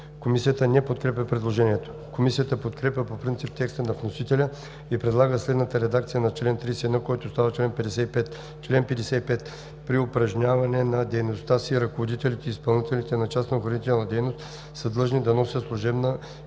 Комисията не подкрепя предложението. Комисията подкрепя по принцип текста на вносителя и предлага следната редакция на чл. 31, който става чл. 55: „Чл. 55. При упражняване на дейността си ръководителят и изпълнителите на частна охранителна дейност са длъжни да носят служебна